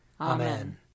Amen